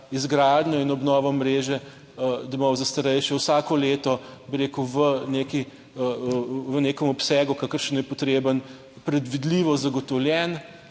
izgradnjo in obnovo mreže domov za starejše vsako leto, bi rekel, v nekem obsegu, kakršen je potreben, predvidljivo zagotovljen